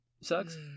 sucks